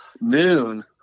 Noon